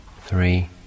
three